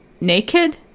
naked